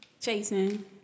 chasing